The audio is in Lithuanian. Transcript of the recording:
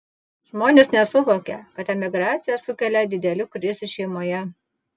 žmonės nesuvokia kad emigracija sukelia didelių krizių šeimoje